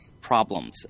problems